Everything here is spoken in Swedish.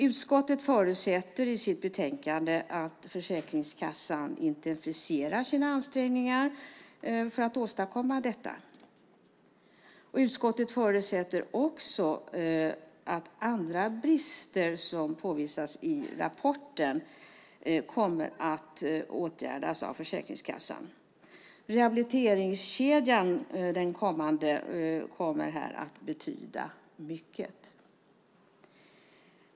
Utskottet förutsätter i sitt betänkande att Försäkringskassan intensifierar sina ansträngningar för att åstadkomma detta. Utskottet förutsätter också att andra brister som påvisas i rapporten kommer att åtgärdas av Försäkringskassan. Den kommande rehabiliteringskedjan kommer här att betyda mycket.